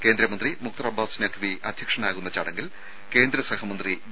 കേന്ദ്രമന്ത്രി മുക്തർ അബ്ബാസ് നഖ് വി അധ്യക്ഷനാകുന്ന ചടങ്ങിൽ കേന്ദ്രസഹമന്ത്രി വി